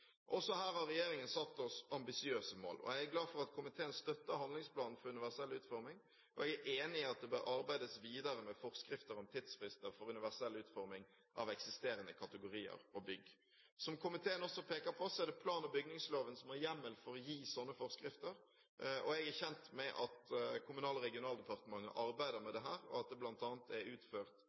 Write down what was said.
Også her har regjeringen satt seg ambisiøse mål. Jeg er glad for at komiteen støtter handlingsplanen for universell utforming, og jeg er enig i at det bør arbeides videre med forskrifter om tidsfrister for universell utforming av eksisterende kategorier av bygg. Som komiteen også peker på, er det plan- og bygningsloven som har hjemmel for å gi slike forskrifter. Jeg er kjent med at Kommunal- og regionaldepartementet arbeider med dette, og at det bl.a. er utført